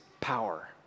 power